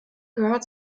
gehört